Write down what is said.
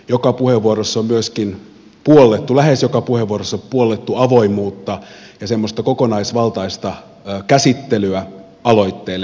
joka puheenvuorossa on myöskin puollettu lähes joka puheenvuorossa on puollettu avoimuutta ja semmoista kokonaisvaltaista käsittelyä aloitteelle